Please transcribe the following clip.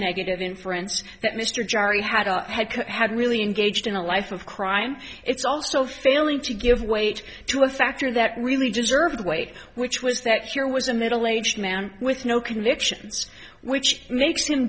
negative inference that mr jari had had really engaged in a life of crime it's also failing to give weight to a factor that really deserved weight which was that sure was a middle aged man with no convictions which makes him